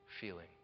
feeling